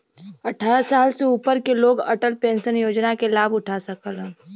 अट्ठारह साल से ऊपर क लोग अटल पेंशन योजना क लाभ उठा सकलन